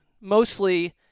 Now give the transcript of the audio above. mostly